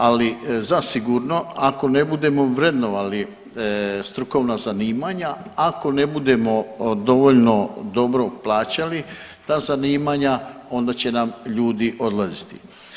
Ali zasigurno ako ne budemo vrednovali strukovna zanimanja, ako ne budemo dovoljno dobro plaćali ta zanimanja onda će nam ljudi odlaziti.